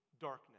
darkness